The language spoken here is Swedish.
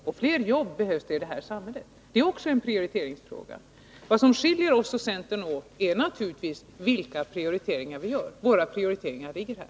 Och fler jobb behövs i det här samhället. Det är också en prioriteringsfråga. Vad som skiljer oss och centern åt är naturligtvis vilka prioriteringar vi gör. Våra prioriteringar ligger här.